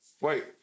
wait